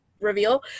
reveal